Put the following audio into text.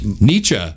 Nietzsche